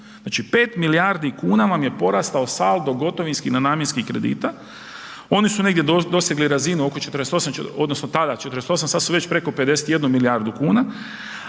Znači 5 milijardi kuna vam je porastao saldo gotovinski nenamjenskih kredita oni su negdje dosegli razinu oko 48 odnosno tada 48 sad su već preko 51 milijardu kuna,